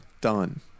Done